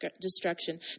destruction